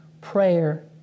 Prayer